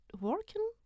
working